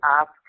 ask